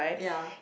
ya